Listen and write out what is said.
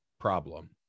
problem